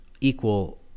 equal